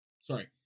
sorry